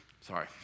Sorry